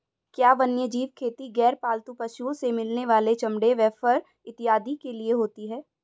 क्या वन्यजीव खेती गैर पालतू पशुओं से मिलने वाले चमड़े व फर इत्यादि के लिए होती हैं?